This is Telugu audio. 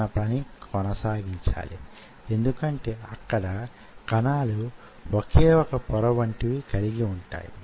నిజానికి మైక్రో ఫ్యాబ్రికేషన్ లో అది యే విధంగా ఉపయోగిస్తుంది